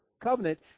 Covenant